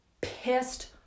pissed